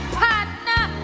partner